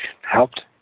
helped